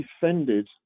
defended